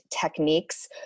techniques